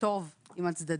טוב עם הצדדים,